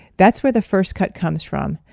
that's where the first cut comes from.